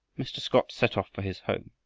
mr. scott set off for his home.